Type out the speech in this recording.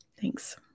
Thanks